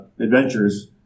adventures